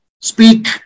speak